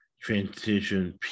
transition